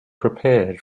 prepared